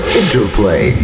interplay